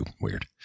weird